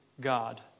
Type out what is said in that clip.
God